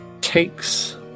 takes